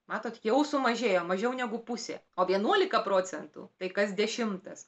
matot jau sumažėjo mažiau negu pusė o vienuolika procentų tai kas dešimtas